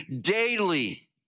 daily